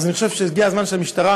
אז אני חושב שהגיע הזמן שהמשטרה,